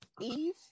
Eve